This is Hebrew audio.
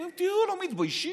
אומרים: תראו, לא מתביישים?